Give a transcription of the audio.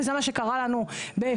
וזה מה שקרה לנו באפרת,